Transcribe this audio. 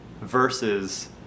versus